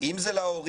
אם זה להורים,